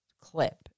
clip